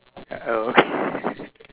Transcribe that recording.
ya uh okay